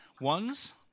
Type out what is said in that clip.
ones